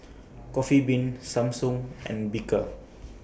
Coffee Bean Samsung and Bika